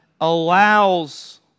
allows